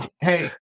hey